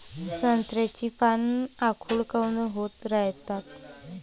संत्र्याची पान आखूड काऊन होत रायतात?